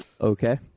okay